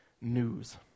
news